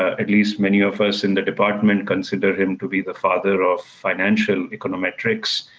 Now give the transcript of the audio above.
at least many of us in the department consider him to be the father of financial econometrics,